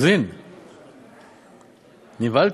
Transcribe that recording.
רוזין, נבהלתי,